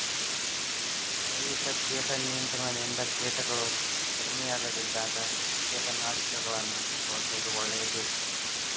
ಜೈವಿಕ ಕೇಟ ನಿಯಂತ್ರಣದಿಂದ ಕೇಟಗಳು ಕಡಿಮಿಯಾಗದಿದ್ದಾಗ ಕೇಟನಾಶಕಗಳನ್ನ ಬಳ್ಸೋದು ಒಳ್ಳೇದು